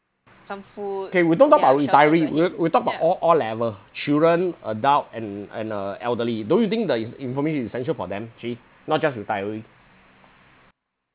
K we don't talk about retiree we we talk about all all level children adult and and uh elderly don't you think the in information is essential for them actually not just retiree